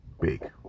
big